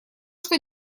что